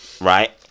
right